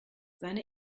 seine